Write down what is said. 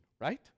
right